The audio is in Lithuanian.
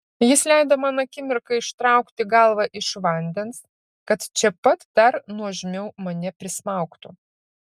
jis leido man akimirką ištraukti galvą iš vandens kad čia pat dar nuožmiau mane prismaugtų